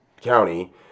county